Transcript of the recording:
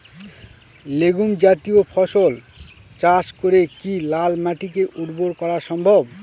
Legume জাতীয় ফসল চাষ করে কি লাল মাটিকে উর্বর করা সম্ভব?